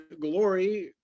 Glory